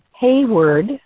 hayward